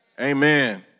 amen